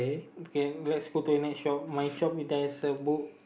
okay let's go to the next shop my shop there's a book